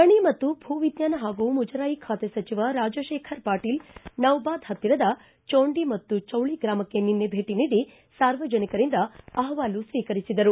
ಗಣಿ ಮತ್ತು ಭೂವಿಜ್ಞಾನ ಹಾಗೂ ಮುಜರಾಯಿ ಖಾತೆ ಸಚಿವ ರಾಜಶೇಖರ ಪಾಟೀಲ್ ನೌಬಾದ್ ಪತ್ತಿರದ ಚೊಂಡಿ ಹಾಗೂ ಚೌಳಿ ಗ್ರಾಮಕ್ಕೆ ನಿನ್ನೆ ಭೇಟಿ ನೀಡಿ ಸಾರ್ವಜನಿಕರಿಂದ ಅಪವಾಲು ಸ್ವೀಕರಿಸಿದರು